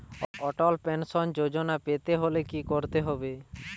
অটল pension Yojana পেতে হলে কি করতে হবে?